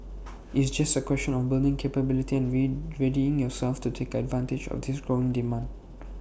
it's just A question of building capability and readying yourselves to take advantage of this growing demand